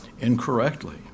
incorrectly